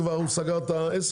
הוא כבר סגר את העסק?